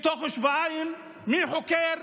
בתוך שבועיים, מי חוקר?